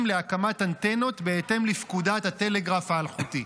להקמת אנטנות בהתאם לפקודת הטלגרף האלחוטי.